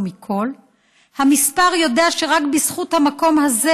מכול / המספר יודע שרק בזכות המקום הזה